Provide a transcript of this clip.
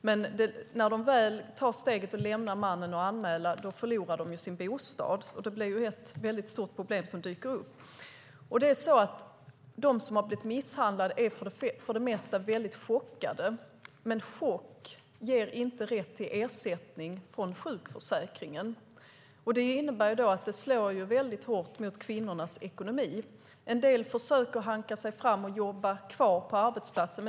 Men när de väl tar steget och lämnar mannen och anmäler förlorar de sin bostad. Det är ett väldigt stort problem som dyker upp. De som har blivit misshandlade är för det mesta väldigt chockade. Men chock ger inte rätt till ersättning från sjukförsäkringen. Det innebär att det slår väldigt hårt mot kvinnornas ekonomi. En del försöker hanka sig fram och jobba kvar på arbetsplatsen.